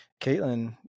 Caitlin